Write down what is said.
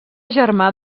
germà